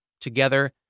Together